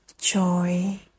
joy